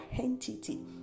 entity